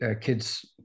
kids